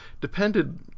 depended